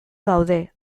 daude